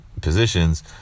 positions